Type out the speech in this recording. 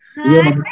Hi